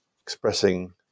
expressing